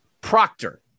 proctor